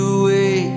away